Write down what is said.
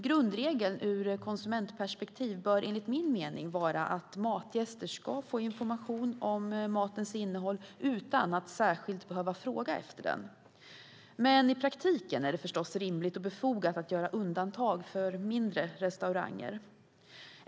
Grundregeln ur konsumentperspektiv bör enligt min mening vara att matgäster ska få information om matens innehåll utan att särskilt behöva fråga efter den. I praktiken är det förstås både rimligt och befogat att göra undantag för mindre restauranger.